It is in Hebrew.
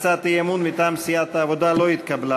הצעת האי-אמון מטעם סיעת העבודה לא התקבלה.